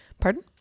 pardon